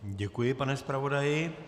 Děkuji, pane zpravodaji.